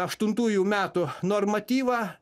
aštuntųjų metų normatyvą